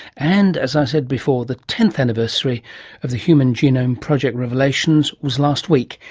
and, as i said before, the tenth anniversary of the human genome project revelations was last week.